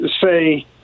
say